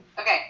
Okay